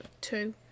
two